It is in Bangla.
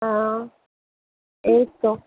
হ্যাঁ এই তো